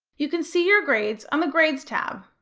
you can see your grades on the grades tab.